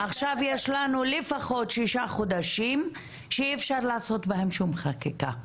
עכשיו יש לנו לפחות שישה חודשים שאי אפשר לעשות בהם שום חקיקה.